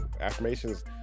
affirmations